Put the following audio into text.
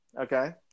Okay